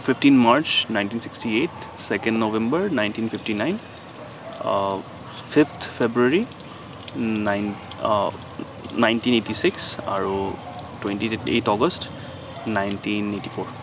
fifteen March nineteen sixty eight second November nineteen fifty nine fifth February nine nineteen eighty six আৰু twenty eight August nineteen eighty four